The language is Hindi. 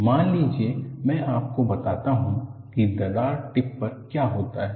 मान लीजिए मैं आपको बताता हूं कि दरार टिप पर क्या होता है